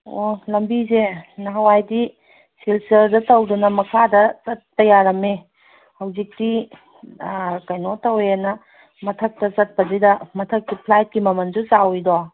ꯑꯣ ꯂꯝꯕꯤꯁꯦ ꯅꯍꯥꯋꯥꯏꯗꯤ ꯁꯤꯜꯆꯔꯗ ꯇꯧꯗꯅ ꯃꯈꯥꯗ ꯆꯠꯄ ꯌꯥꯔꯝꯃꯦ ꯍꯧꯖꯤꯛꯇꯤ ꯀꯩꯅꯣ ꯇꯧꯋꯦꯅ ꯃꯊꯛꯇ ꯆꯠꯄꯁꯤꯗ ꯃꯊꯛꯇꯤ ꯐ꯭ꯂꯥꯏꯠꯀꯤ ꯃꯃꯟꯁꯨ ꯆꯥꯎꯋꯤꯗꯣ